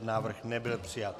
Návrh nebyl přijat.